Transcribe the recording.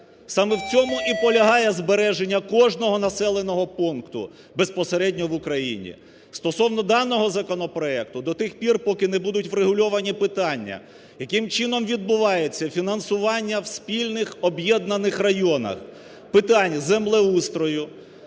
Саме в цьому і полягає збереження кожного населеного пункту безпосередньо в Україні. Стосовно даного законопроекту. До тих пір, поки не будуть врегульовані питання, яким чином відбувається фінансування в спільних об'єднаних районах питань землеустрою,